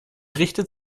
richtet